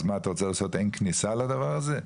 אז מה, אתה רוצה לעשות אין כניסה לדבר הזה?